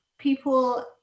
people